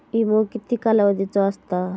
विमो किती कालावधीचो असता?